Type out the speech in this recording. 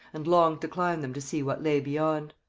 and longed to climb them to see what lay beyond.